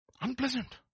Unpleasant